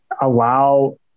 allow